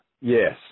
Yes